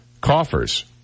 coffers